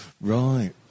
right